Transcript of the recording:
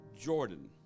Jordan